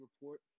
report